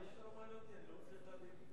למה אתה לא מעלה אותי, אני רוצה להבין?